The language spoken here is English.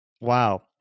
wow